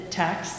tax